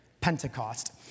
Pentecost